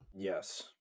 Yes